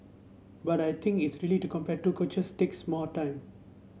but I think is really to compare two coaches takes more time